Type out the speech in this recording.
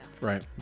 Right